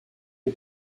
les